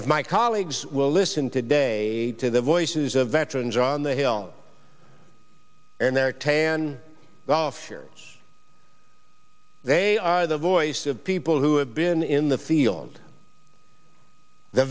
if my colleagues will listen today to the voices of veterans on the hill and their tan gulf here they are the voice of people who have been in the field the